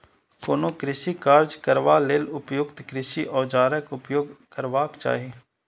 कोनो कृषि काज करबा लेल उपयुक्त कृषि औजारक उपयोग करबाक चाही